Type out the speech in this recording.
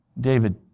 David